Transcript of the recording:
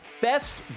best